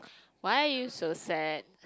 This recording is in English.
why are you so sad